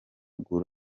yuko